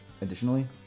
Additionally